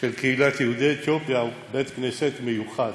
של קהילת יהודי אתיופיה הוא בית-כנסת מיוחד.